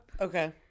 Okay